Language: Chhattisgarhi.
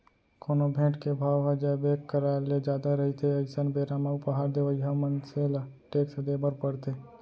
कोनो भेंट के भाव ह जब एक करार ले जादा रहिथे अइसन बेरा म उपहार देवइया मनसे ल टेक्स देय बर परथे